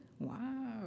Wow